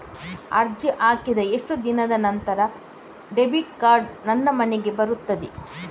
ಅರ್ಜಿ ಹಾಕಿದ ಎಷ್ಟು ದಿನದ ನಂತರ ಡೆಬಿಟ್ ಕಾರ್ಡ್ ನನ್ನ ಮನೆಗೆ ಬರುತ್ತದೆ?